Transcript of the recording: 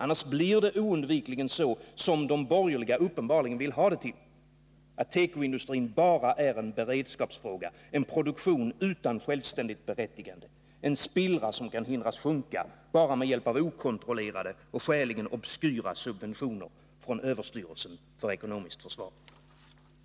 Annars blir det oundvikligen så som de borgerliga uppenbarligen vill ha det till: att tekoindustrin bara är en beredskapsfråga, en produktion utan självständigt berättigande, en spillra som kan hindras sjunka bara med hjälp av okontrollerade och skäligen obskyra subventioner från överstyrelsen för ekonomiskt försvar.